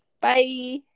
Bye